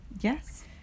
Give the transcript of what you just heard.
yes